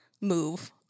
move